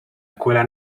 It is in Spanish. escuela